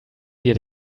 wir